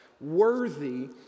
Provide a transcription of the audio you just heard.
worthy